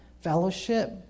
fellowship